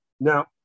Now